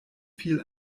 viel